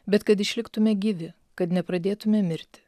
bet kad išliktume gyvi kad nepradėtume mirti